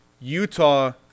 Utah